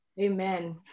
amen